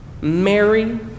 Mary